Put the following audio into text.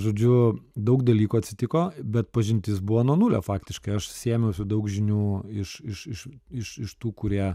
žodžiu daug dalykų atsitiko bet pažintis buvo nuo nulio faktiškai aš sėmiausi daug žinių iš iš iš iš iš tų kurie